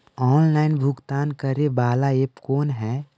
Online भुगतान करे बाला ऐप कौन है?